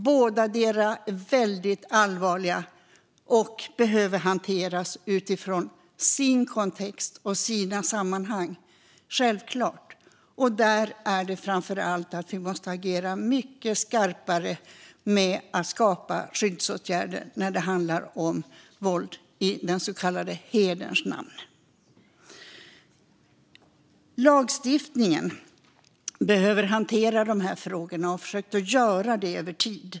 Bådadera är väldigt allvarliga och behöver självklart hanteras utifrån sin kontext och sina sammanhang. Vi måste framför allt agera mycket skarpare med att skapa skyddsåtgärder när det handlar om våld i den så kallade hederns namn. Lagstiftningen behöver hantera de här frågorna och har försökt att göra det över tid.